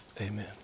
Amen